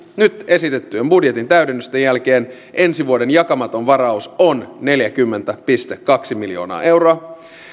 nyt esitettyjen budjetin täydennysten jälkeen ensi vuoden jakamaton varaus on neljäkymmentä pilkku kaksi miljoonaa euroa